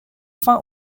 fin